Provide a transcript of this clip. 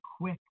quick